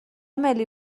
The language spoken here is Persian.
ملی